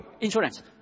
Insurance